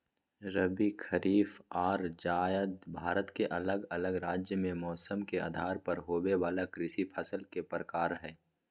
रबी, खरीफ आर जायद भारत के अलग अलग राज्य मे मौसम के आधार पर होवे वला कृषि फसल के प्रकार हय